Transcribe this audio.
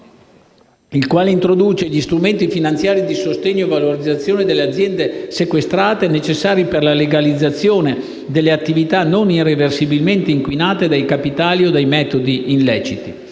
il quale introduce gli strumenti finanziari di sostegno e valorizzazione delle aziende sequestrate necessari per la legalizzazione delle attività non irreversibilmente inquinate dai capitali o dai metodi "illeciti".